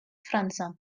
franza